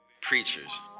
preachers